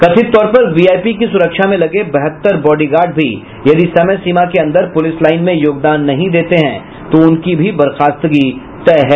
कथित तौर पर वीआईपी की सुरक्षा में लगे बहत्तर बॉडीगार्ड भी यदि समय सीमा के अंदर पुलिस लाईन में योगदान नहीं देते हैं तो उनकी भी बर्खास्तगी तय है